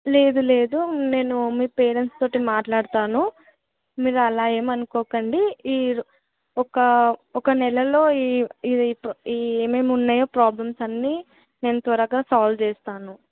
లేదు లేదు నేను మీ పేరెంట్స్ తోటి మాట్లాడతాను మీరు అలా ఏం అనుకోకండి ఈ ఒక ఒక నెలలో ఈ ఇవి ఈ ఏమేం ఉన్నాయో ప్రాబ్లమ్స్ అన్నీ నేను త్వరగా సాల్వ్ చేస్తాను